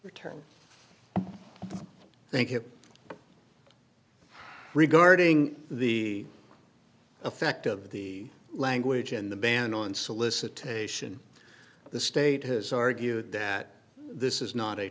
return thank you regarding the effect of the language and the ban on solicitation the state has argued that this is not a